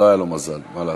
לא היה לו מזל, מה לעשות.